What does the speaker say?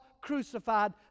crucified